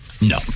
No